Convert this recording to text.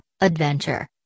Adventure